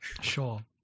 sure